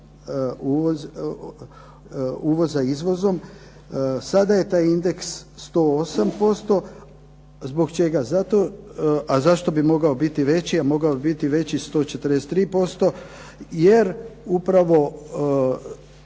uvoza izvozom. Sada je taj indeks 108%, zbog čega? A zašto bi mogao biti veći, a mogao bi biti veći 143% jer upravo